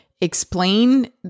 explain